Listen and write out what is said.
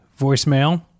voicemail